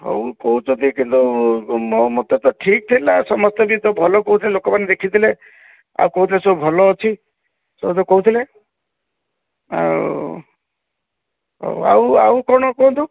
ହଉ କହୁଛନ୍ତି କିନ୍ତୁ ମୋ ମତରେ ତ ଠିକ୍ ଥିଲା ସମସ୍ତେ ତ ଭଲ କହୁଥିଲେ ଲୋକମାନେ ଦେଖିଥିଲେ ଆଉ କହୁଥିଲେ ବେଶ ଭଲଅଛି ସମସ୍ତେ କହୁଥିଲେ ଆଉ ଆଉ ଆଉ କ'ଣ କୁହନ୍ତୁ